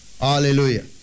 Hallelujah